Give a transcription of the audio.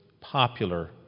popular